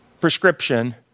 prescription